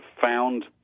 found